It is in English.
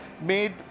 made